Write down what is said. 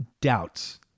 Doubts